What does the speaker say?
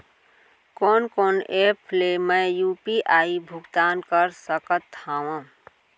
कोन कोन एप ले मैं यू.पी.आई भुगतान कर सकत हओं?